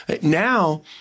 Now